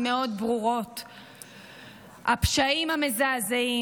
ברורות מאוד: הפשעים המזעזעים,